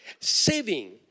saving